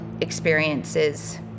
experiences